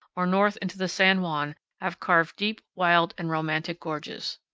or north into the san juan have carved deep, wild, and romantic gorges.